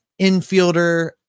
infielder